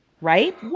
Right